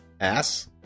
ass